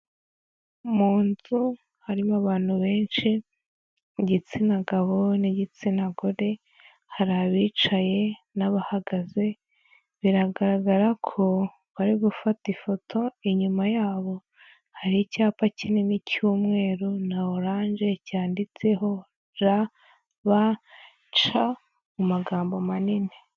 Mu nzu harimo abantu benshi, igitsina gabo n'igitsina gore. Hari abicaye n’abahagaze biragaragara ko bari gufata ifoto, inyuma yabo hari icyapa kinini cy'umweru na oranje cyanditseho RBC mu magambo manini.